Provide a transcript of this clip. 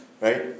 Right